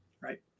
Right